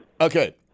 Okay